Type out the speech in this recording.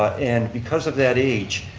and because of that age,